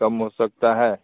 कम हो सकता है